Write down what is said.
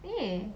eh